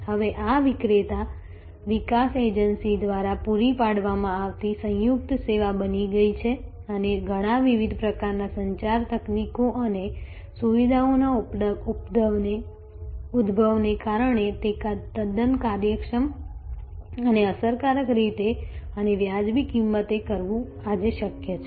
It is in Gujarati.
હવે આ વિક્રેતા વિકાસ એજન્સી દ્વારા પૂરી પાડવામાં આવતી સંયુક્ત સેવા બની ગઈ છે અને ઘણા વિવિધ પ્રકારના સંચાર તકનીકો અને સુવિધાઓના ઉદભવને કારણે તે તદ્દન કાર્યક્ષમ અને અસરકારક રીતે અને વાજબી કિંમતે કરવું આજે શક્ય છે